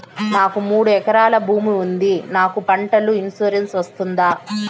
నాకు మూడు ఎకరాలు భూమి ఉంది నాకు పంటల ఇన్సూరెన్సు వస్తుందా?